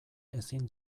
ezin